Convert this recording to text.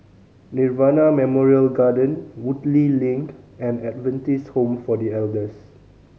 Nirvana Memorial Garden Woodleigh Link and Adventist Home for The Elders